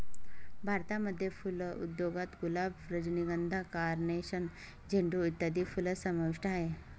भारतामध्ये फुल उद्योगात गुलाब, रजनीगंधा, कार्नेशन, झेंडू इत्यादी फुलं समाविष्ट आहेत